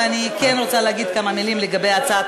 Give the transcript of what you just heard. ואני כן רוצה להגיד כמה מילים לגבי הצעת